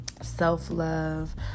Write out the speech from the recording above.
self-love